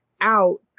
out